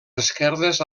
esquerdes